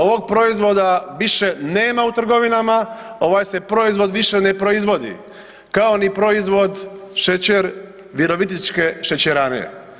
Ovog proizvoda više nema u trgovinama, ovaj se proizvod više ne proizvodi, kao ni proizvod šećer Virovitičke šećerane.